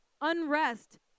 unrest